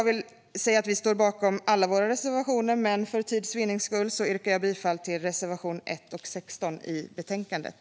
Vi står bakom alla våra reservationer, men för tids vinnande yrkar jag bifall till reservation 1 och 16 i betänkandet.